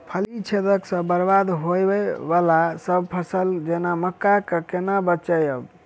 फली छेदक सँ बरबाद होबय वलासभ फसल जेना मक्का कऽ केना बचयब?